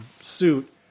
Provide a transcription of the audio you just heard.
suit